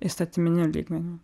įstatyminiu lygmeniu